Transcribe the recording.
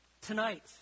Tonight